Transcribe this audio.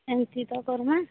ଏମିତି ତ କରିବା